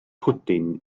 pwdin